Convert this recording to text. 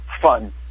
fun